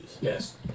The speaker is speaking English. Yes